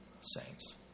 saints